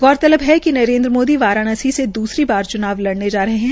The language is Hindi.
गैर तलब है कि नरेन्द्र मोदी वाराणसी से दूसरी बार चुनाव लड़ने जा रहे है